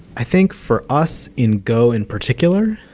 i think for us in go in particular,